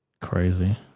crazy